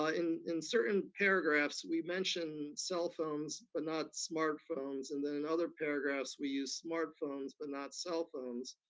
ah in in certain paragraphs we mention cell phones but not smartphones, and then in other paragraphs we use smartphones but not cell phones,